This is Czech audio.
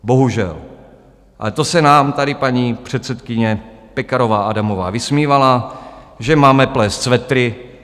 Bohužel ale to se nám tady paní předsedkyně Pekarová Adamová vysmívala, že máme plést svetry.